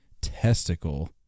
testicle